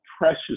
precious